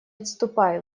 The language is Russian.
отступай